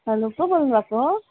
hello को बोल्नु भएको